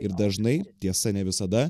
ir dažnai tiesa ne visada